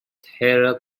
taylor